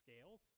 scales